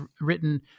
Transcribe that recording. written